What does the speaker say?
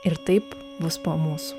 ir taip bus po mūsų